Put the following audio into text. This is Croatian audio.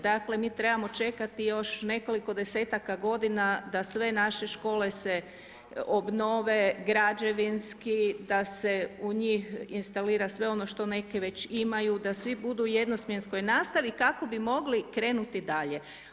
Dakle, mi trebamo čekati još nekoliko desetaka godina, da sve naše škole se obnove, građevinski, da se u njih instalira sve ono što neki već imaju, da svi budu u jedno smjenskoj nastavi, kako bi mogli krenuti dalje.